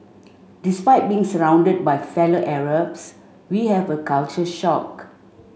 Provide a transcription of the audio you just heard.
despite being surrounded by fellow Arabs we had a culture shock